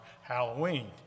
Halloween